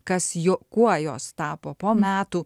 kas jo kuo jos tapo po metų